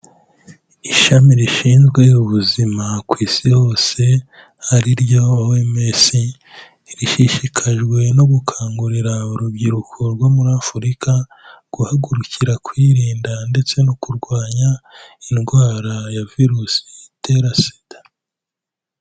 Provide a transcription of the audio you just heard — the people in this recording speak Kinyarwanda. Ishami rishinzwe ubuzima ku isi hose ari ryo OMS, rishishikajwe no gukangurira urubyiruko rwo muri Afurika guhagurukira kwirinda ndetse no kurwanya indwara ya virusi itera sida.